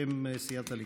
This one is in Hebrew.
בשם סיעת הליכוד.